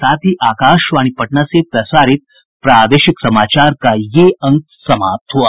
इसके साथ ही आकाशवाणी पटना से प्रसारित प्रादेशिक समाचार का ये अंक समाप्त हुआ